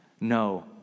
No